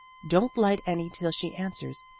don't light any till she answers.